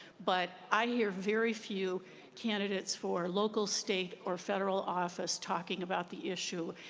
but i hear very few candidates for local, state, or federal office talking about the issue.